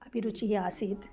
अभिरुचिः आसीत्